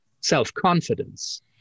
self-confidence